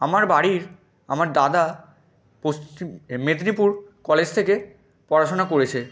আমার বাড়ির আমার দাদা মেদিনীপুর কলেজ থেকে পড়াশোনা করেছে